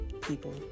people